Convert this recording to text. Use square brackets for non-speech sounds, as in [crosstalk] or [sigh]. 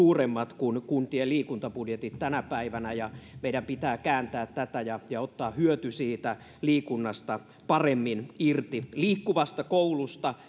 suuremmat kuin kuntien liikuntabudjetit tänä päivänä ja meidän pitää kääntää tämä ja ottaa hyöty siitä liikunnasta paremmin irti liikkuvasta koulusta [unintelligible]